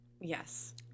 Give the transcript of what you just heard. Yes